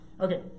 Okay